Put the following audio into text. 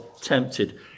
tempted